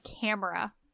camera